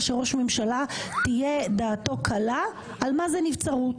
שראש ממשלה תהיה דעתו קלה על מה זה נבצרות,